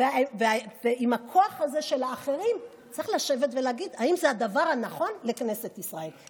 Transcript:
ועם הכוח הזה של האחרים צריך לשבת ולהגיד אם זה הדבר הנכון לכנסת ישראל,